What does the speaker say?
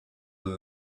with